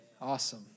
Awesome